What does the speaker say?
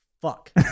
fuck